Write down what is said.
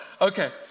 Okay